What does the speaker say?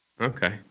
okay